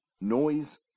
noise